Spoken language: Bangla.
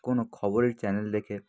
কোনও খবরের চ্যানেল দেখে